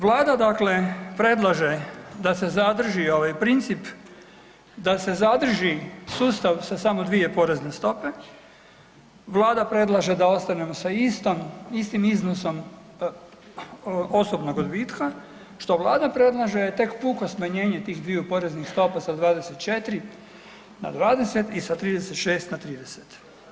Vlada dakle predlaže da se zadrži ovaj princip, da se zadrži sustav sa samo dvije porezne stope, Vlada predlaže da ostanemo sa istim iznosom osobnom odbitka što Vlada predlaže je tek puko smanjenje tih dviju poreznih stopa sa 24 na 20 i sa 36 na 30.